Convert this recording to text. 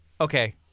Okay